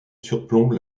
surplombe